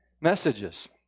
messages